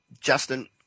Justin